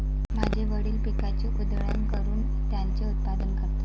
माझे वडील पिकाची उधळण करून त्याचे उत्पादन करतात